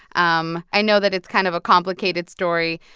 um i know that it's kind of a complicated story,